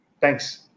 thanks